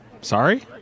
Sorry